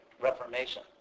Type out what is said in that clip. Reformation